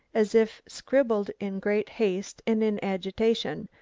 as if scribbled in great haste and in agitation,